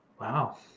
Wow